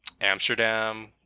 amsterdam